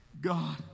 God